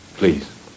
Please